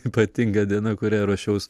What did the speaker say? ypatinga diena kurią ruošiaus